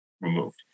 removed